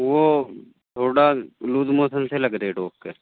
وہ تھوڑا loose motion سے لگ رہے ڈوگ کے